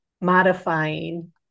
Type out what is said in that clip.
modifying